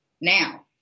Now